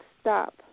stop